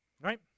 Right